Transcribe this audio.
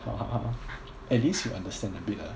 好好好 at least you understand a bit ah